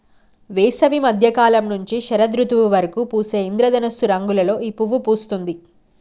వేసవి మద్య కాలం నుంచి శరదృతువు వరకు పూసే ఇంద్రధనస్సు రంగులలో ఈ పువ్వు పూస్తుంది